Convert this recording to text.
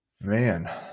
man